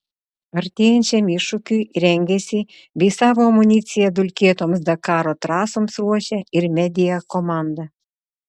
artėjančiam iššūkiui rengiasi bei savo amuniciją dulkėtoms dakaro trasoms ruošia ir media komanda